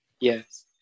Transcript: Yes